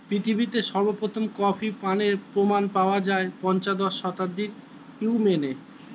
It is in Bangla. পৃথিবীতে সর্বপ্রথম কফি পানের প্রমাণ পাওয়া যায় পঞ্চদশ শতাব্দীর ইয়েমেনে